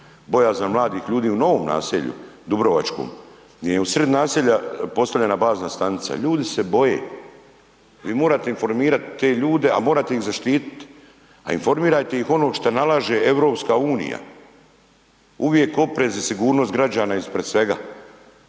bojazan mladih ljudi u novom naselju Dubrovačkom, .../Govornik se ne razumije./... u sred naselja postavljena bazna stanica, ljudi se boje, vi morate informirat te ljude, a morate ih zaštitit, a informirajte ih ono što nalaže Europska unija, uvijek oprez i sigurnost građana ispred svega.